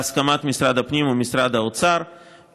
בהסכמת משרד הפנים ומשרד האוצר.